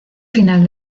final